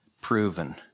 proven